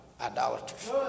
idolaters